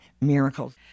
miracles